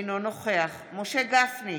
אינו נוכח משה גפני,